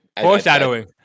foreshadowing